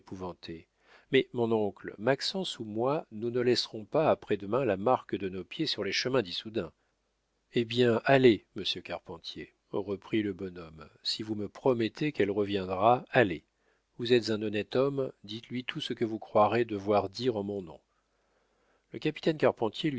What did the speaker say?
mais mon oncle maxence ou moi nous ne laisserons pas après demain la marque de nos pieds sur les chemins d'issoudun eh bien allez monsieur carpentier reprit le bonhomme si vous me promettez qu'elle reviendra allez vous êtes un honnête homme dites-lui tout ce que vous croirez devoir dire en mon nom le capitaine